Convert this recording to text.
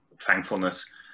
thankfulness